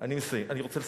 אני רוצה לסכם.